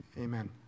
Amen